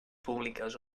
públiques